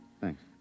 Thanks